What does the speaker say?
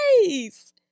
nice